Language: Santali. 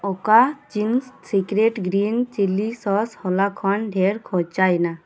ᱚᱠᱟ Ching's secret green chilli sauce ᱦᱚᱞᱟᱠᱷᱚᱱ ᱰᱷᱮᱨ ᱠᱷᱚᱨᱪᱟ ᱟᱱᱟᱜ